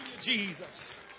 jesus